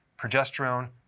progesterone